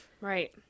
Right